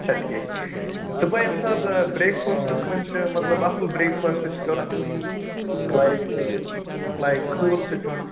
اچھا ٹھیٖک صُبحٲے ییٚمہِ ساتہٕ برٛیکفاسٹَس منٛز چھِ مطلب اَصٕل برٛیکفاسٹ چھِ کَرُن لایک لایک ٹھوٗل چھِ کھٮ۪ون